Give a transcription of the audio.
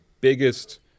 biggest